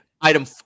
item